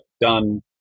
done